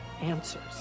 answers